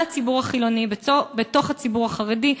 נגד הציבור החילוני בתוך הציבור החרדי.